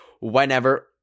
whenever